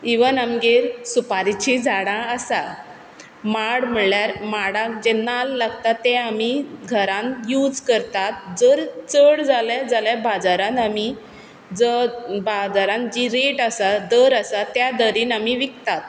even आमगेर सुपारीचीं झाडां आसा माड म्हळ्यार माडाक जे नाल्ल लागतात ते आमी घरांत यूज करतात जर चड जाले जाल्यार बाजारांत आमी जो बाजारांत जी रेट आसा दर आसा त्या दरीन आमी विकतात